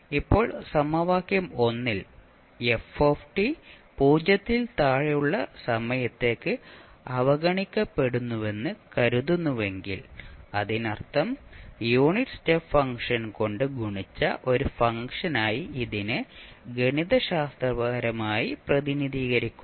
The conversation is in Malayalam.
ഇപ്പോൾ സമവാക്യം ൽ f 0 ൽ താഴെയുള്ള സമയത്തേക്ക് അവഗണിക്കപ്പെടുന്നുവെന്ന് കരുതുന്നുവെങ്കിൽ അതിനർത്ഥം യൂണിറ്റ് സ്റ്റെപ്പ് ഫംഗ്ഷൻ കൊണ്ട് ഗുണിച്ച ഒരു ഫംഗ്ഷനായി ഇതിനെ ഗണിതശാസ്ത്രപരമായി പ്രതിനിധീകരിക്കുന്നു